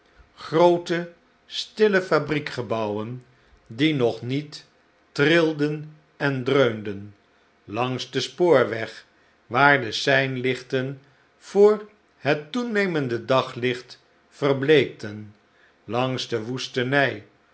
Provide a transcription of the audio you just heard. groote stille fabriekgebouwen die nog niet tiilden en dreunden langs den spoorweg waar de seinlichten voor het toenemende daglicht verbleekten langs de woestenij